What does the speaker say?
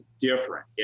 different